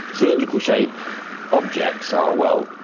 cylindrical shaped objects are well,